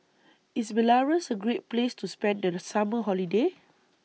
IS Belarus A Great Place to spend The Summer Holiday